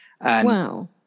Wow